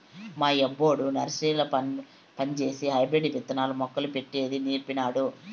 మా యబ్బొడు నర్సరీల పంజేసి హైబ్రిడ్ విత్తనాలు, మొక్కలు పెట్టేది నీర్పినాడు